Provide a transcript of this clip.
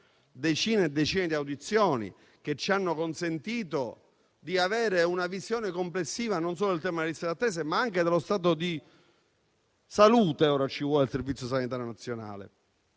decine e decine di audizioni, che ci hanno consentito di avere una visione complessiva non solo del tema delle liste d'attesa, ma anche dello stato di salute - ora ci vuole - del Servizio sanitario nazionale.